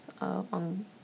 on